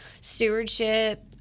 stewardship